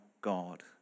God